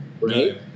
right